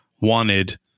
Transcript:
wanted